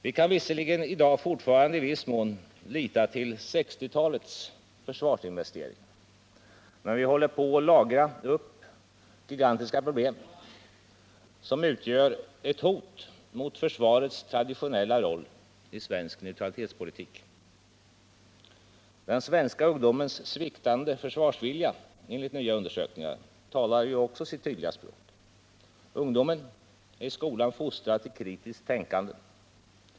Vi kan visserligen i dag fortfarande i viss mån lita till 1960-talets försvarsinvesteringar, men vi håller på att lagra upp gigantiska problem som utgör ett hot mot försvarets traditionella roll i svensk neutralitetspolitik. Den svenska ungdomens sviktande försvarsvilja — enligt nya undersökningar — talar också sitt tydliga språk. Ungdomen är i skolan fostrad till kritiskt tänkande.